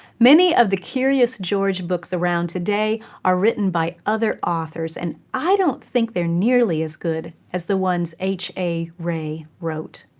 many of the curious george books around today are written by other authors, and i don't think they are nearly as good as the ones h. a. rey wrote.